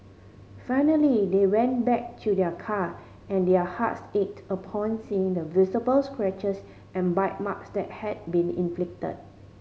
finally they went back to their car and their hearts ached upon seeing the visible scratches and bite marks that had been inflicted